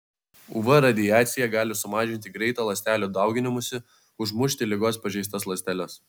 uv radiacija gali sumažinti greitą ląstelių dauginimąsi užmušti ligos pažeistas ląsteles